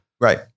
Right